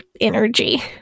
energy